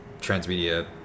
transmedia